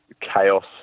chaos